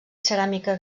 ceràmica